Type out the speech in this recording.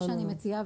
אני מציעה,